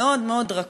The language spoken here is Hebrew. שלא היה עובר,